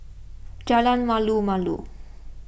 Jalan Malu Malu